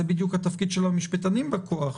זה בדיוק התפקיד של המשפטנים בכוח,